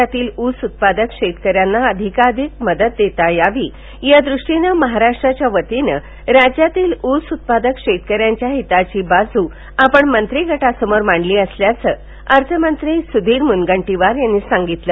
राज्यातील ऊस उत्पादक शेतकऱ्यांना अधिकाधिक मदत करता यावी यादृष्टीनं महाराष्ट्राच्यावतीनं राज्यातील उस उत्पादक शेतकऱ्यांच्या हिताची बाजू आपण मंत्रिगटासमोर मांडली असल्याचं अर्थमंत्री सुधीर मुनगंटीवार यांनी सांगितलं